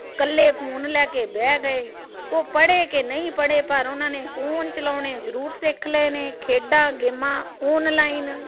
ਇਕੱਲੇ ਫੋਨ ਲੈ ਕੇ ਬਹਿ ਗਏ ਉਹ ਪੜ੍ਹੇ ਕਿ ਨਹੀਂ ਪੜ੍ਹੇ ਪਰ ਉਹਨਾਂ ਨੇ ਫੋਨ ਚਲਾਉਣੇ ਜਰੂਰ ਸਿੱਖ ਲਏ ਨੇ ਖੇਡਾਂ ਗੇਮਾਂ ਔਨਲਾਈਨ